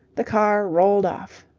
the car rolled off.